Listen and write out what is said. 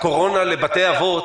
הקורונה לבתי אבות,